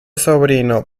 sobrino